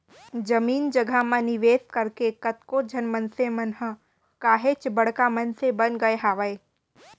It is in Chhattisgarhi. जमीन जघा म निवेस करके कतको झन मनसे मन ह काहेच बड़का मनसे बन गय हावय